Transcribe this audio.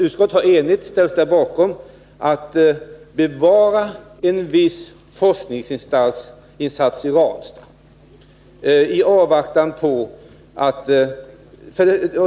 Utskottet har enigt ställt sig bakom tanken att bevara en viss forskningsinsats i Ranstad.